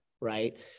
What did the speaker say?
right